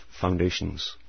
foundations